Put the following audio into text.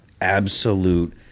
absolute